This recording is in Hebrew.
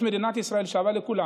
יש מדינת ישראל שווה לכולם.